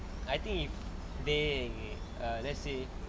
I think if they err let's say